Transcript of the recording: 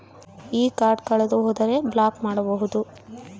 ಈ ಕಾರ್ಡ್ ಕಳೆದು ಹೋದರೆ ಬ್ಲಾಕ್ ಮಾಡಬಹುದು?